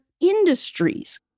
Industries